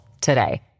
today